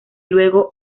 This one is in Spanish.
luego